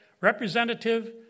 representative